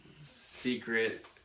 secret